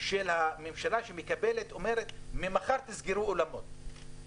של הממשלה שאומרת: ממחר תסגרו אולמות או מסעדות.